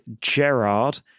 Gerard